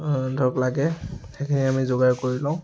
ধৰক লাগে সেইখিনি আমি যোগাৰ কৰি লওঁ